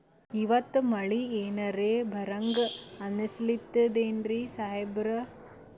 ಇವತ್ತ ಮಳಿ ಎನರೆ ಬರಹಂಗ ಅನಿಸ್ತದೆನ್ರಿ ಸಾಹೇಬರ?